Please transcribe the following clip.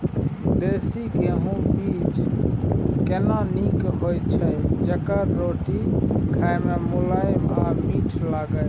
देसी गेहूँ बीज केना नीक होय छै जेकर रोटी खाय मे मुलायम आ मीठ लागय?